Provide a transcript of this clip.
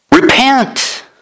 Repent